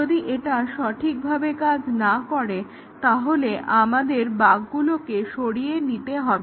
যদি এটা সঠিকভাবে কাজ না করে তাহলে আমাদের বাগগুলোকে সারিয়ে নিতে হবে